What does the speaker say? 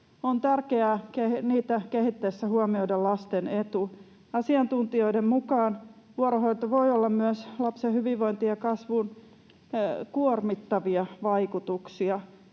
on tärkeää huomioida lasten etu. Asiantuntijoiden mukaan vuorohoidolla voi olla lapsen hyvinvointiin ja kasvuun kuormittavia vaikutuksia